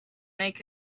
make